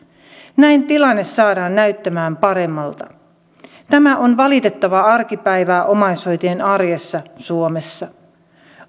näin tilanne saadaan näyttämään paremmalta tämä on valitettavaa arkipäivää omaishoitajien arjessa suomessa